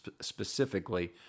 specifically